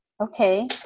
Okay